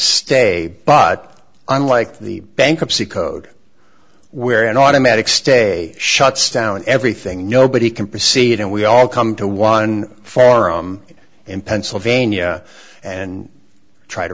stay but unlike the bankruptcy code where an automatic stay shuts down everything nobody can proceed and we all come to one forum in pennsylvania and try to